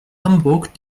hamburg